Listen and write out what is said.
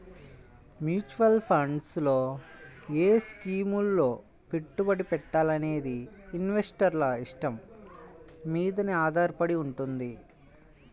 mutual funds లో ఏ స్కీముల్లో పెట్టుబడి పెట్టాలనేది ఇన్వెస్టర్ల ఇష్టం మీదనే ఆధారపడి వుంటది